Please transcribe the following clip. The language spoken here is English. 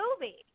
movie